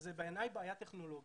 בעיני זו בעיה טכנולוגית.